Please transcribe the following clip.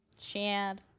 Chad